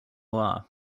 are